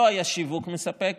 לא היה שיווק מספק,